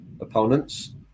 opponents